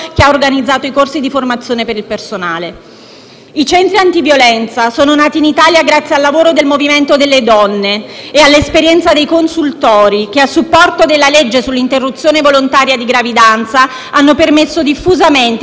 I centri antiviolenza sono nati in Italia grazie al lavoro del movimento delle donne e all'esperienza dei consultori che, a supporto della legge sull'interruzione volontaria di gravidanza, hanno permesso diffusamente alle donne d'incontrarsi tra loro, per prendere